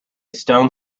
stone